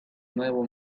nuevo